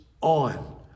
on